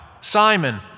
Simon